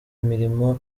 imirimo